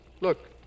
Look